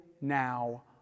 now